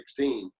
2016